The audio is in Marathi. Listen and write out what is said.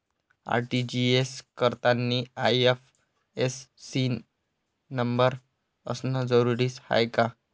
आर.टी.जी.एस करतांनी आय.एफ.एस.सी न नंबर असनं जरुरीच हाय का?